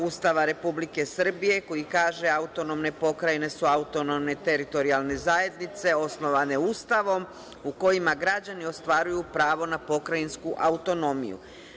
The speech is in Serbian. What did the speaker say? Ustava Republike Srbije, koji kaže – autonomne pokrajine su autonomne teritorijalne zajednice osnovane Ustavom, u kojima građani ostvaruju pravo na pokrajinsku autonomiju.